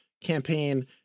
campaign